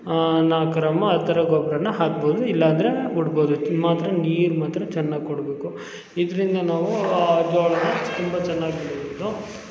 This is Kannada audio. ನಾಲ್ಕು ಗ್ರಾಮ್ ಆ ಥರ ಗೊಬ್ಬರನ ಹಾಕ್ಬೋದು ಇಲ್ಲಾಂದರೆ ಬಿಡ್ಬೋದು ಮಾತ್ರ ನೀರು ಮಾತ್ರ ಚೆನ್ನಾಗಿ ಕೊಡಬೇಕು ಇದರಿಂದ ನಾವು ಆ ಜೋಳನ ತುಂಬ ಚೆನ್ನಾಗಿ ಬೆಳೆದು